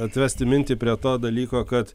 atvesti mintį prie to dalyko kad